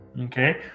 okay